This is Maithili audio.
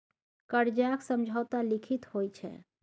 करजाक समझौता लिखित होइ छै